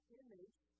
image